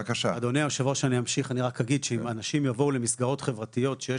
אדוני היו"ר אני אמשיך ורק אגיד שאם אנשים יבואו למסגרות שיש